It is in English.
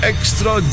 Extra